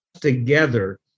together